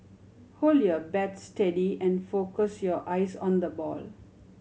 hold your bat steady and focus your eyes on the ball